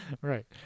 Right